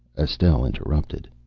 estelle interrupted.